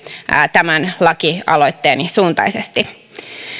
tämän lakialoitteeni suuntaisesti